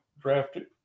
drafted